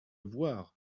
voir